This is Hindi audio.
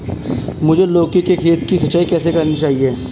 मुझे लौकी के खेत की सिंचाई कैसे करनी चाहिए?